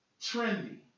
trendy